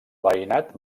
veïnat